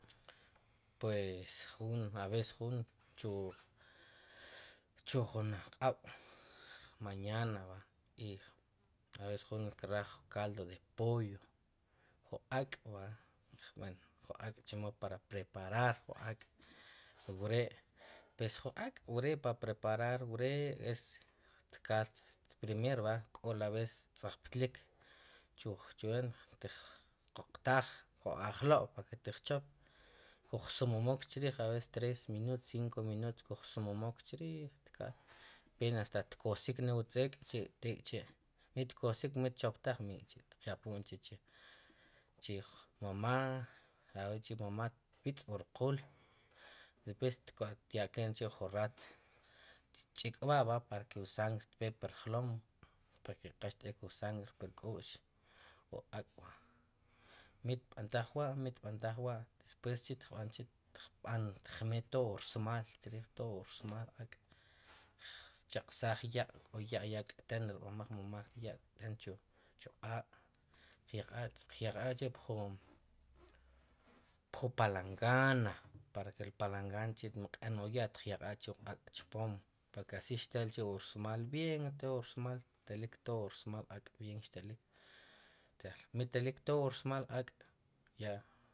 Pues jun a veces chu chujun aq'ab' mañana va y a veces jun kraj caldo de pollo ju ak' va bueno, chomo para preparar ju ak' we', pues ju ak' we' para preparar wer' es tkal, primer va ko' a veces tzakplitk chuj won, tiq qoqtaj jo alob' para qué tuq chop chuj sumomoq chrij a veces tres minutos, cinco minutos cuj sumomok chrij tkaal pena hasta tkosikne wu tzek' tek' çhi', mit kosik mit choptaj mik'chi', tyaponk'ch' chi' chu mamá, arek'chi' mamá tb'itz' wur qul, después taya'ken k'chi jun rato tch'ikb'a va parque wu sangre tpee pur jlom, para que qal sb'ek wu sangre pur k'u'x wu ak' wa, mit b'antaj wa' mit w'a, después chi tqb'an tqmel nejel wur samal chrij todo wur samal ak', tqchaq'saj ya' k'o ya' ya k'ten rb'amoj mamá, ya k'ten chu q'aaq', qyakaj k'chi' pun ju palangana, parque el palangana mq'en k'chi' wu ya' xtqyaqaj k'chi' wu ak' chpom, paraque así xtel k'chi' wursmal bien todo wursmal todo wursamal telik, mitelik todo wuermal ak' ya